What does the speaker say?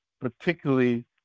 particularly